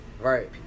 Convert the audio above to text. Right